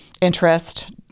interest